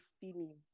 feeling